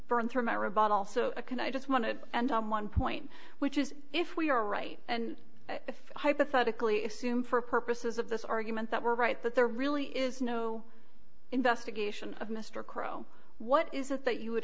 burned through my robot also can i just want to end on one point which is if we are right and if hypothetically assume for purposes of this argument that we're right that there really is no investigation of mr crowe what is it that you would